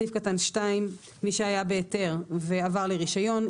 סעיף קטן (2) מי שהיה בהיתר ועבר לרישיון,